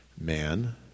man